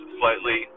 slightly